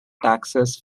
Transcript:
taxes